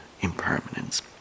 impermanence